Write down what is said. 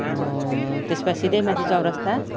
त्यसो भए सिधै माथि चौरस्ता